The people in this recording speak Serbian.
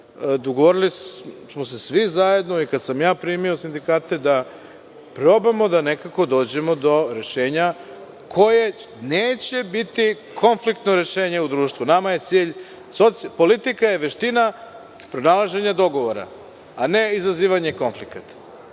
dogovorili smo se svi zajedno, kada sam primio sindikate da probamo da nekako dođemo do rešenja koje neće biti konfliktno rešenje u društvu. Politika je veština pronalaženja dogovora, a ne izazivanje konflikata.